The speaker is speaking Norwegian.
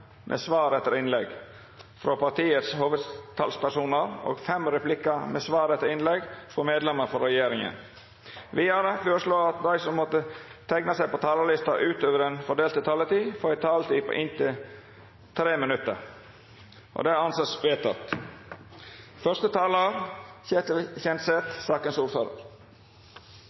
med svar etter innlegg fra medlemmer av regjeringen, og at de som måtte tegne seg på talerlisten utover den fordelte taletid, får en taletid på inntil 3 minutter. – Det anses vedtatt.